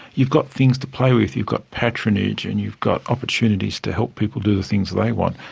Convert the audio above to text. you've got things to play with you've got patronage and you've got opportunities to help people do the things they want.